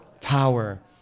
Power